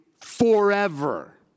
forever